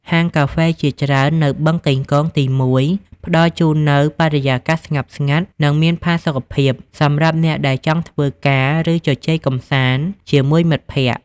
ហាងកាហ្វេជាច្រើននៅ បឹងកេងកងទី១ ផ្តល់ជូននូវបរិយាកាសស្ងប់ស្ងាត់ និងមានផាសុកភាព សម្រាប់អ្នកដែលចង់ធ្វើការ ឬជជែកកម្សាន្តជាមួយមិត្តភក្តិ។